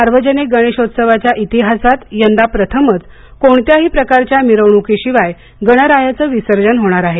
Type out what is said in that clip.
सार्वजनिक गणेशोत्सवाच्या इतिहासात यंदा प्रथमच कोणत्याही प्रकारच्या मिरवणुकीशिवाय गणरायाचं विसर्जन होणार आहे